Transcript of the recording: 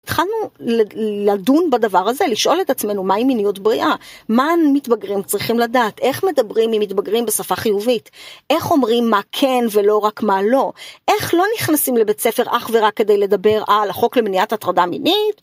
התחלנו לדון בדבר הזה, לשאול את עצמנו מהי מיניות בריאה, מה מתבגרים צריכים לדעת, איך מדברים אם מתבגרים בשפה חיובית, איך אומרים מה כן ולא רק מה לא, איך לא נכנסים לבית ספר אך ורק כדי לדבר על החוק למניעת הטרדה מינית.